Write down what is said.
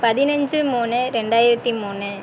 பதினெச்சி மூணு ரெண்டாயிரத்தி மூணு